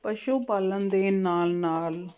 ਪਸ਼ੂ ਪਾਲਣ ਦੇ ਨਾਲ ਨਾਲ